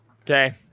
Okay